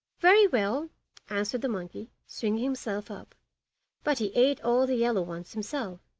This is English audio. very well answered the monkey, swinging himself up but he ate all the yellow ones himself,